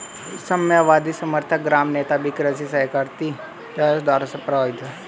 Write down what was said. साम्यवादी समर्थक ग्राम नेता भी कृषि सहकारिता जैसे सुधारों से प्रभावित थे